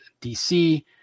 DC